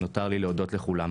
נותר לי להודות לכולם.